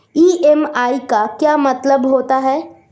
EMI का क्या मतलब होता है?